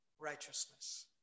righteousness